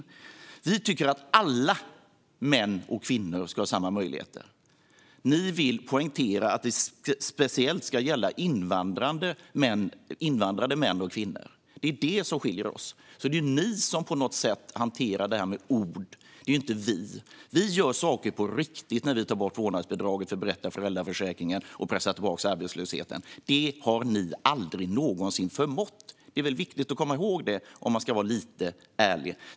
Vi tycker att alla män och kvinnor ska ha samma möjligheter. Ni vill poängtera att det speciellt ska gälla invandrade män och kvinnor. Det är det som skiljer oss. Det är ni som hanterar det här med ord, inte vi. Vi gör saker på riktigt när vi tar bort vårdnadsbidraget, förbättrar föräldraförsäkringen och pressar tillbaka arbetslösheten. Det har ni aldrig någonsin förmått. Det är viktigt att komma ihåg det, om man ska vara lite ärlig.